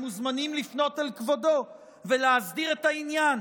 הם מוזמנים לפנות אל כבודו ולהסדיר את העניין